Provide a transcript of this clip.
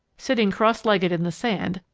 sitting cross-legged in the sand,